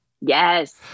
Yes